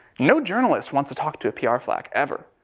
no journalist wants to talk to a pr flack, ever.